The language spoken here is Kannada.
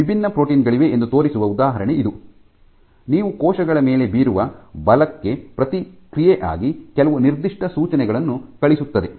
ವಿಭಿನ್ನ ಪ್ರೋಟೀನ್ ಗಳಿವೆ ಎಂದು ತೋರಿಸುವ ಉದಾಹರಣೆ ಇದು ನೀವು ಕೋಶಗಳ ಮೇಲೆ ಬೀರುವ ಬಲಕ್ಕೆ ಪ್ರತಿಕ್ರಿಯೆಯಾಗಿ ಕೆಲವು ನಿರ್ದಿಷ್ಟ ಸೂಚನೆಗಳನ್ನು ಕಳುಹಿಸುತ್ತದೆ